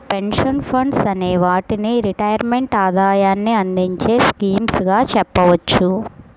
pension funds అనే వాటిని retirement ఆదాయాన్ని అందించే స్కీమ్స్ గా చెప్పవచ్చు